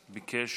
ביקש